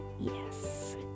yes